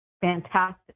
fantastic